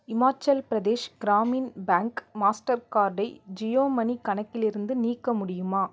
Himachal Pradesh Gramin bank master கார்டை Jio money கணக்கிலிருந்து நீக்க முடியுமா